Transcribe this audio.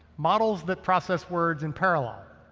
models that process words in parallel.